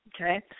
Okay